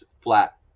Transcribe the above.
flat